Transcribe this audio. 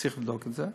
צריך לבדוק את זה,